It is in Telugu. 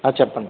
చెప్పండి